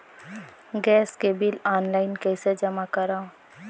Gas के bill online कइसे जमा करव?